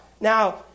Now